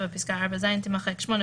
(7) פסקה (4ז) תימחק,